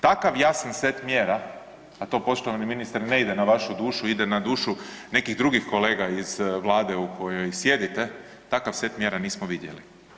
Takav jasan set mjera, a to poštovani ministre ne ide na vašu dušu, ide na dušu nekih drugih kolega iz vlade u kojoj sjedite, takav set mjera nismo vidjeli.